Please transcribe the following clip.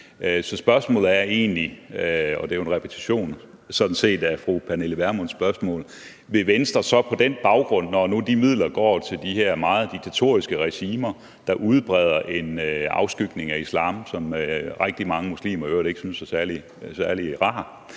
Så spørgsmålet er egentlig – og det er jo sådan set en repetition af fru Pernille Vermunds spørgsmål – om Venstre på den baggrund, når nu de midler går til de her meget diktatoriske regimer, der udbreder en afskygning af islam, som rigtig mange muslimer i øvrigt ikke synes er særlig rar,